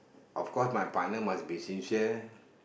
of course my partner must be sincere